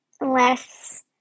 less